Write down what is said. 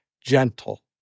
gentle